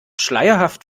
schleierhaft